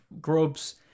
grubs